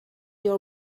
your